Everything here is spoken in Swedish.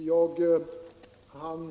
Herr talman!